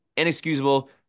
inexcusable